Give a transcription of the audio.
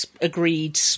agreed